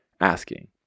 asking